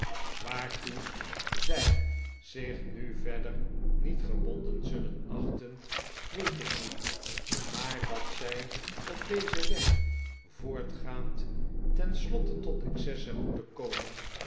mijntoe zij zich nu verder niet gebonden zullen achten weet ik niet maar dat zij op dezen weg voortgaand tenslotte tot excessen moeten komen